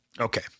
Okay